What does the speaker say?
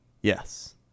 Yes